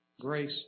grace